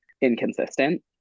inconsistent